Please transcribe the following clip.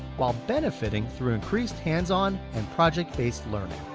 while benefitting through increased hands-on and project-based learning.